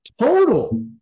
Total